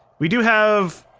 we do have.